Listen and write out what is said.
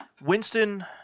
Winston